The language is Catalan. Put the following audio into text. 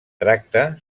tracta